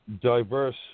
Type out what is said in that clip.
diverse